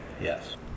Yes